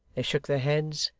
they shook their heads,